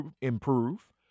improve